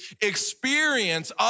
experience